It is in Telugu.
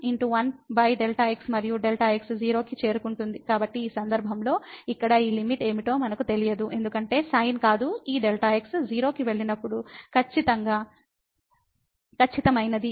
కాబట్టి ఈ సందర్భంలో ఇక్కడ ఈ లిమిట్ ఏమిటో మనకు తెలియదు ఎందుకంటే sin కాదు ఈ Δx 0 కి వెళ్ళినప్పుడు ఖచ్చితమైనది